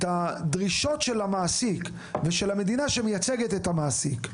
הדרישות של המעסיק ושל המדינה שמייצגת את המעסיק.